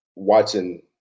watching